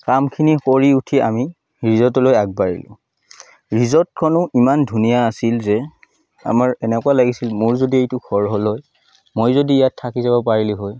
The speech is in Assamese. কামখিনি কৰি আমি ৰিজৰ্টলৈ আগবাঢ়িলোঁ ৰিজৰ্টখনো ইমান ধুনীয়া আছিল যে আমাৰ এনেকুৱা লাগিছিল মোৰ যদি এইটো ঘৰ হ'ল হয় মই যদি ইয়াত থাকি যাব পাৰিলোঁ হয়